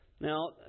Now